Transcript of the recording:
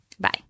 bye